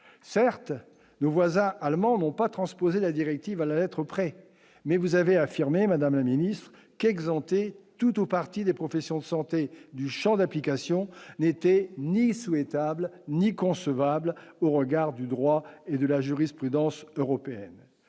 certes, nos voisins allemands n'ont pas transposé la directive allait être prêt, mais vous avez affirmé, Madame la Ministre qu'exemptés toutes au parti des professions de santé du Champ d'application n'était ni souhaitable ni concevable au regard du droit et de la jurisprudence européenne,